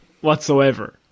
whatsoever